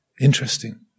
interesting